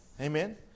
Amen